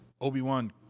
Obi-Wan